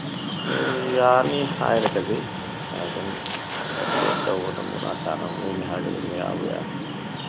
ꯑꯦ ꯌꯥꯅꯤ ꯍꯥꯏꯔꯒꯗꯤ ꯑꯗꯨꯝ ꯀꯟꯇꯦꯁ ꯇꯧꯕꯗ ꯃꯨꯛꯅꯥ ꯁꯥꯟꯅꯕ ꯃꯤꯅꯤ ꯍꯥꯏꯔꯒ ꯑꯗꯨꯝ ꯌꯥꯕꯨ ꯌꯥꯅꯤ